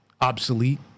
obsolete